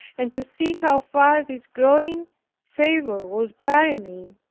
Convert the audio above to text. and to see how far this growing fervor would carry me,